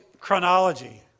chronology